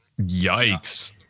Yikes